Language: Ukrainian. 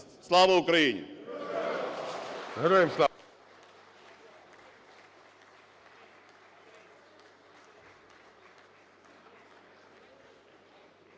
Слава Україні!